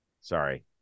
Sorry